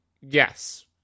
yes